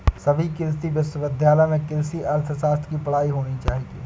सभी कृषि विश्वविद्यालय में कृषि अर्थशास्त्र की पढ़ाई होनी चाहिए